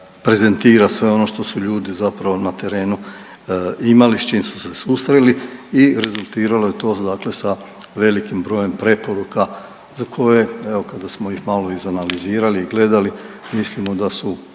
prezentira sve ono što su ljudi zapravo na terenu imali, s čim su se susreli i rezultiralo je to dakle sa velikim brojem preporuka za koje evo kada smo ih malo izanalizirali i gledali mislimo da su